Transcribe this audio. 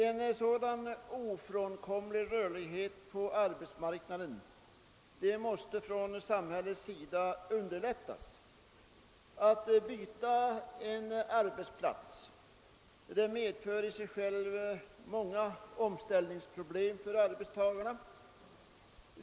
En sådan ofrånkomlig rörlighet på arbetsmarknaden måste samhället underlätta. Att byta arbetsplats medför i sig självt många omställningsproblem för arbetstagarna.